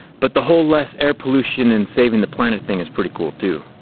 but the whole less air pollution and saving the planet thing is pretty cool too.